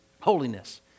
holiness